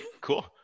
cool